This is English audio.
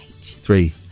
three